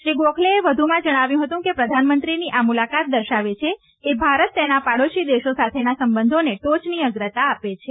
શ્રી ગોખલેએ વધુમાં જણાવ્યું હતું કે પ્રધાનમંત્રીની આ મુલાકાત દર્શાવે છે કે ભારત તેના પાડોશી દેશો સાથેના સંબંધોને ટોચની અગ્રતા આપે છે